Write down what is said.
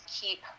keep